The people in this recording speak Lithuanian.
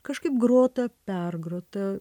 kažkaip grota pergrota